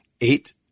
eight